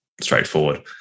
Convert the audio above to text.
straightforward